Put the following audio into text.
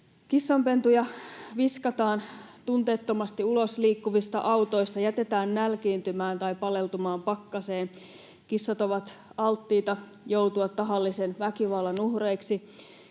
Kissanpentuja viskataan tunteettomasti ulos liikkuvista autoista ja jätetään nälkiintymään tai paleltumaan pakkaseen, kissat ovat alttiita joutumaan tahallisen väkivallan uhreiksi